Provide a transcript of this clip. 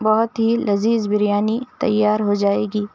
بہت ہی لذیذ بریانی تیار ہو جائے گی